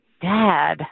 dad